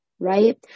Right